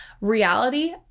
Reality